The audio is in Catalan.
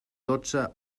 dotze